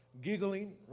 Giggling